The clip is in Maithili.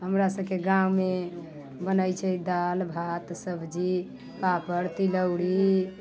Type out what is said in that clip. हमरा सबकेँ गाँवमे बनैत छै दालि भात सब्जी पापड़ तिलौरी